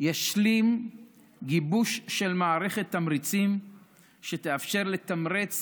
ישלים גיבוש של מערכת תמריצים שתאפשר לתמרץ